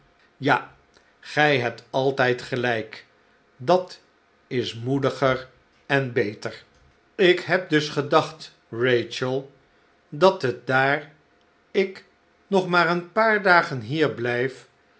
ja gij hebt altijd gelijk dat is moediger en beter ik heb dus gedacht rachel dat het daar ik nog maar een paar dagen hier blijf